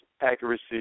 accuracy